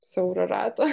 siaurą ratą